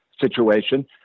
situation